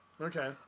Okay